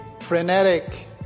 frenetic